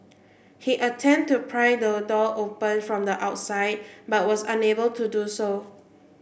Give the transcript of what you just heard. he attempted to pry the door open from the outside but was unable to do so